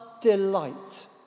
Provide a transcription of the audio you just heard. delight